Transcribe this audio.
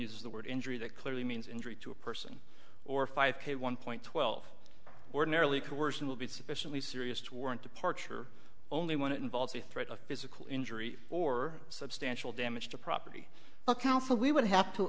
uses the word injury that clearly means injury to a person or five k one point twelve ordinarily coersion will be sufficiently serious to warrant departure only when it involves a threat of physical injury or substantial damage to property the council we would have to